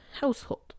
household